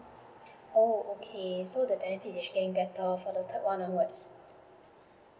oh okay so the benefits is actually getting better from the third one onwards